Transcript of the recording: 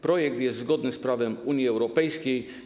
Projekt jest zgodny z prawem Unii Europejskiej.